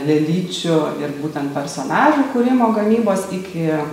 lėlyčių ir būtent personažų kūrimo gamybos iki